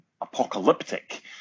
apocalyptic